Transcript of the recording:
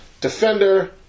Defender